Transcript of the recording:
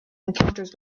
encounters